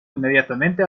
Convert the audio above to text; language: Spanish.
inmediatamente